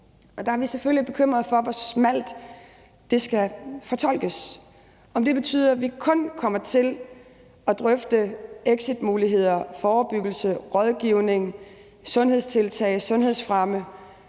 og der er vi selvfølgelig bekymrede for, hvor smalt det skal fortolkes, altså om det så betyder, at vi kun kommer til at drøfte exitmuligheder, forebyggelse, rådgivning, sundhedstiltag, sundhedsfremme